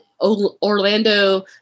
Orlando